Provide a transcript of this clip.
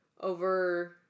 over